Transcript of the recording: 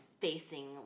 facing